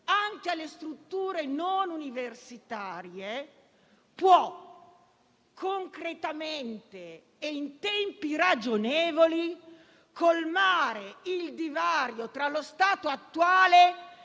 anche alle strutture non universitarie, può concretamente e in tempi ragionevoli colmare il divario tra lo stato attuale